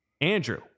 Andrew